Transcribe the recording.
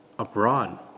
abroad